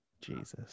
Jesus